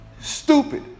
stupid